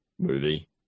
movie